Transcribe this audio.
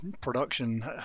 production